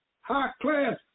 high-class